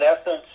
essence